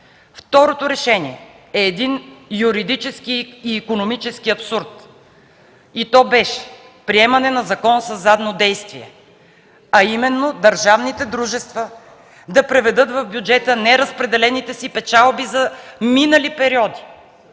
Второто решение е един юридически и икономически абсурд и то беше – приемане на закон със задно действие, а именно държавните дружества да приведат в бюджета неразпределените си печалби за минали периоди,